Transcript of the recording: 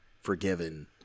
forgiven